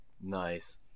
nice